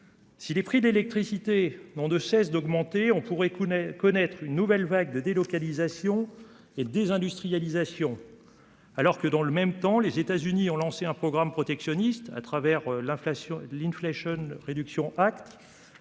Si les prix de l'électricité n'ont de cesse d'augmenter. On pourrait Cooney connaître une nouvelle vague de délocalisations et de désindustrialisation. Alors que dans le même temps, les États-Unis ont lancé un programme protectionniste à travers l'inflation, l'inflation